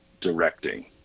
directing